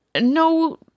No